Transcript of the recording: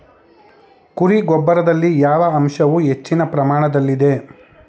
ಕುರಿ ಗೊಬ್ಬರದಲ್ಲಿ ಯಾವ ಅಂಶವು ಹೆಚ್ಚಿನ ಪ್ರಮಾಣದಲ್ಲಿದೆ?